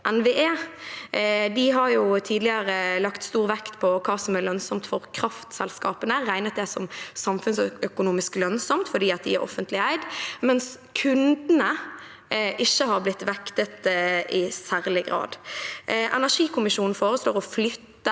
De har tidligere lagt stor vekt på hva som er lønnsomt for kraftselskapene, og regnet det som samfunnsøkonomisk lønnsomt, fordi de er offentlig eide, mens kundene ikke har blitt vektet i særlig grad. Energikommisjonen foreslår å flytte